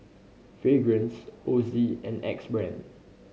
Fragrance Ozi and Axe Brand